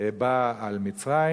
באה על מצרים.